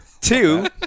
two